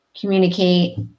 communicate